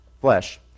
flesh